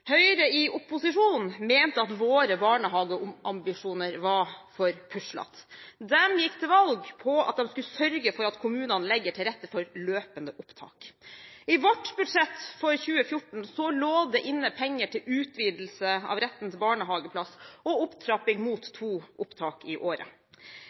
Høyre i opposisjon mente at våre barnehageambisjoner var for puslete. De gikk til valg på at de skulle sørge for at kommunene legger til rette for løpende opptak. I vårt budsjett for 2014 lå det inne penger til utvidelse av retten til barnehageplass og opptrapping mot to opptak i året.